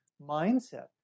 mindset